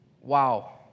wow